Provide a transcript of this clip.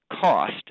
cost